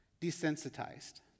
desensitized